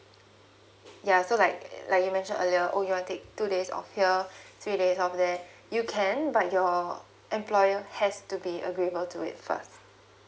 ya so like like you mentioned earlier oh you want take two days of here three days of there you can but your employer has to be agreeable to it first